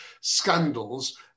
scandals